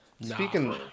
Speaking